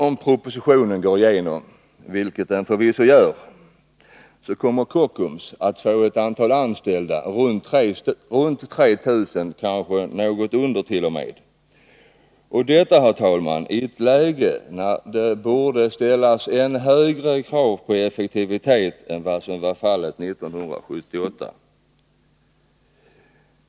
Om propositionen nu går igenom, vilket den förvisso gör, kommer Kockums att få omkring 3 000 anställda — kanske något mindre — och detta, herr talman, i ett läge när det borde ställas än högre krav på effektivitet än vad som var fallet 1978.